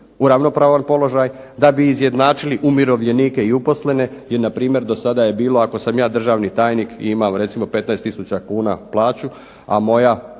u ravnopravan položaj, da bi izjednačili umirovljenike i uposlene, jer npr. do sada je bilo ako sam ja državni tajnik i imam recimo 15 tisuća kuna plaću, a moja